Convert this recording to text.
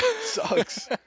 Sucks